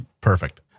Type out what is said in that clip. Perfect